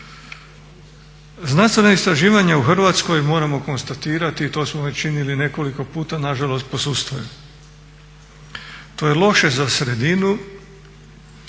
Znanstvena istraživanja u Hrvatskoj moramo konstatirati i to smo već činili nekoliko puta nažalost posustaje. To je loše za sredinu